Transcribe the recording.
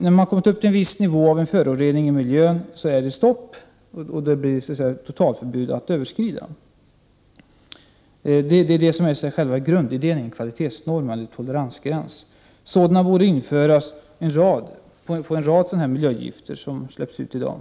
När man kommit upp till en viss nivå av en förorening i miljön är det stopp, och då råder det totalförbud att överskrida den gränsen. Det är det som är själva grundidén i en kvalitetsnorm eller toleransgräns. Sådana borde införas avseende en rad miljögifter som släpps ut i dag.